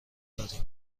داریم